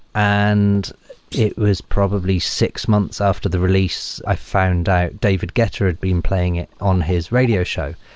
and it was probably six months after the release, i found out david guetta had been playing it on his radio show,